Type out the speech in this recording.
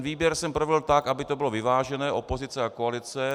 Výběr jsem provedl tak, aby to bylo vyvážené, opozice a koalice.